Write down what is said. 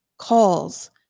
calls